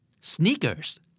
Sneakers